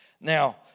Now